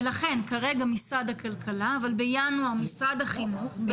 ולכן, כרגע משרד הכלכלה, אבל בינואר משרד החינוך.